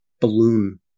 balloon